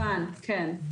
כמובן, כן.